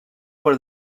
per